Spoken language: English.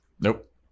nope